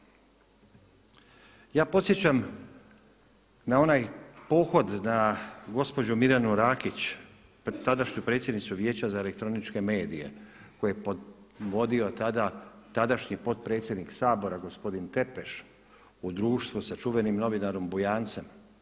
Ja podsjećam na onaj pohod na gospođu Mirjanu Rakić tadašnju predsjednicu Vijeća za elektroničke medije koje je vodio tada tadašnji potpredsjednik Sabora gospodin Tepeš u društvu sa čuvenim novinarom Bujancem.